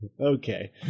Okay